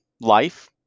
life